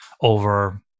over